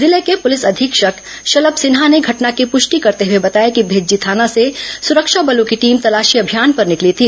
जिले के पुलिस अधीक्षक शलम सिन्हा ने घटना की पुष्टि करते हुए बताया कि भेज्जी थाना से सुरक्षा बलों की टीम तलाशी अभियान पर निकली थी